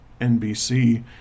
NBC